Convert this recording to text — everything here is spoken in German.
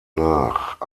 nach